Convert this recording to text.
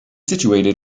situated